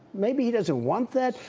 maybe he doesn't want that,